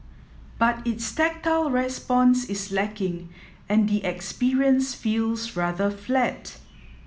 but its tactile response is lacking and the experience feels rather flat